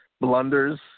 blunders